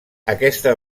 aquesta